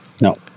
No